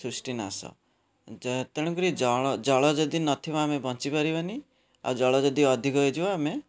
ସୃଷ୍ଟି ନାଶ ତେଣୁକରି ଜଳ ଜଳ ଯଦି ନଥିବ ଆମେ ବଞ୍ଚିପାରିବାନି ଆଉ ଜଳ ଯଦି ଅଧିକ ହୋଇଯିବ ଆମେ